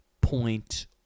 point